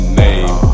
name